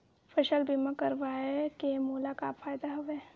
फसल बीमा करवाय के मोला का फ़ायदा हवय?